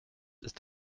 ist